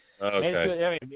Okay